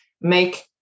make